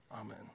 Amen